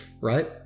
right